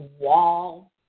wall